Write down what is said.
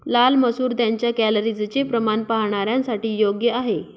लाल मसूर त्यांच्या कॅलरीजचे प्रमाण पाहणाऱ्यांसाठी योग्य आहे